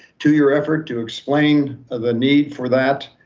to your effort to explain the need for that.